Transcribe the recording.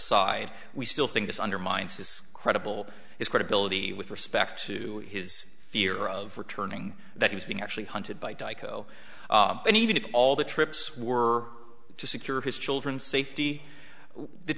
aside we still think this undermines his credible his credibility with respect to his fear of returning that he was being actually hunted by dicho and even if all the trips were to secure his children's safety